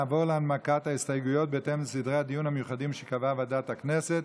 נעבור להנמקת ההסתייגויות בהתאם לסדרי הדיון המיוחדים שקבעה ועדת הכנסת.